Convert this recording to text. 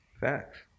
Facts